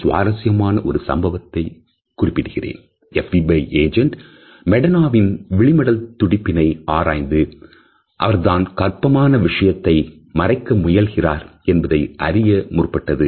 FBI agent மெ டோனாவின் விழி மடல் துடிப்பினை ஆராய்ந்து அவர் தான் கர்ப்பமான விஷயத்தை மறைக்க முயல்கிறார் என்பதை அறிய முற்பட்டது